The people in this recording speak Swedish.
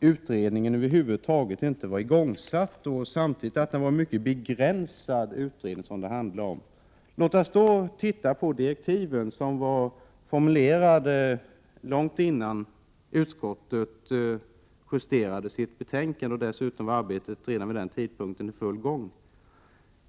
utredningen över huvud taget inte var igångsatt och att den samtidigt var mycket begränsad. Låt oss då titta på direktiven, som formulerades långt innan utskottet justerade sitt betänkande, då arbetet dessutom redan var i full gång.